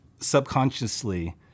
subconsciously